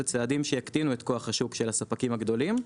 אלו צעדים שיקטינו את כוח השוק של הספקים הגדולים,